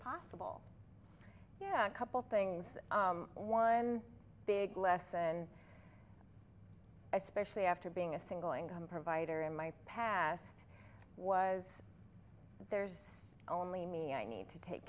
possible yeah a couple things one big lesson especially after being a single income provider in my past was there's only me i need to take